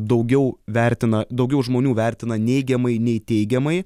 daugiau vertina daugiau žmonių vertina neigiamai nei teigiamai